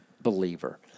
believer